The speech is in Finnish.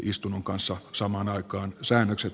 istunnon kanssa samaan aikaan säännökset